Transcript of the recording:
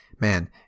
Man